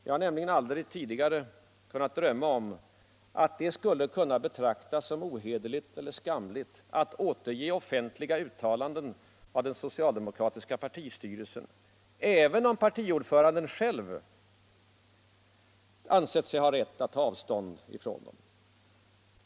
Jag har nämligen aldrig tidigare kunnat drömma om att det skulle kunna betraktas som ohederligt eller skamligt att återge offentliga uttalanden av den socialdemokratiska partistyrelsen, även om partiordföranden själv ansett sig ha rätt att ta avstånd ifrån dem.